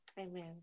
Amen